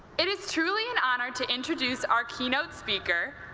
it is truly an honor to introduce our keynote speaker,